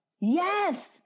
yes